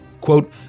quote